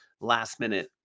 last-minute